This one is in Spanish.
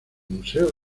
museo